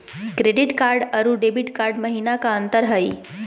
Credit card अरू debit card महिना का अंतर हई?